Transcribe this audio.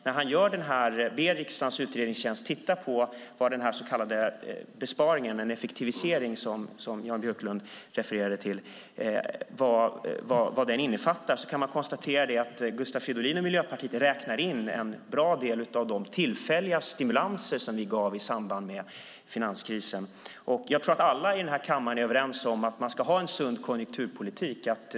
När han bad riksdagens utredningstjänst att titta på vad den så kallade besparingen, eller effektiviseringen, som Jan Björklund refererade till, innefattar kan man konstatera att Gustav Fridolin och Miljöpartiet räknar in en stor del av de tillfälliga stimulanser som vi gav i samband med finanskrisen. Jag tror att alla här i kammaren är överens om att man ska ha en sund konjunkturpolitik.